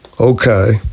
Okay